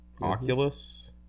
Oculus